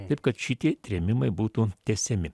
taip kad šitie trėmimai būtų tęsiami